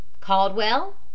Caldwell